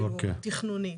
תכנונית.